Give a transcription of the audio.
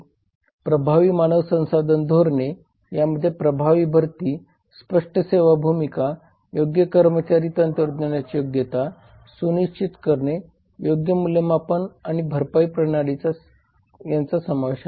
प्रभावी मानव संसाधन धोरणे यामध्ये प्रभावी भरती स्पष्ट सेवा भूमिका योग्य कर्मचारी तंत्रज्ञानाची योग्यता सुनिश्चित करणे योग्य मूल्यमापन आणि भरपाई प्रणाली यांचा समावेश आहे